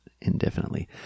indefinitely